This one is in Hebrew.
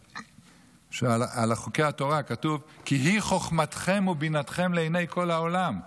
על חוקי התורה כתוב: "כי היא חכמתכם ובינתכם" לעיני כל העולם.